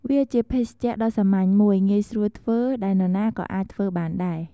វាជាភេសជ្ជៈដ៏សាមញ្ញមួយ ងាយស្រួលធ្វើ ដែលនរណាក៏អាចធ្វើបានដែរ។